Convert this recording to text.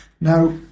Now